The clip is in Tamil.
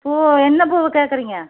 பூ என்ன பூவை கேட்குறீங்க